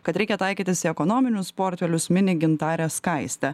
kad reikia taikytis į ekonominius portfelius mini gintarę skaistę